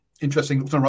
interesting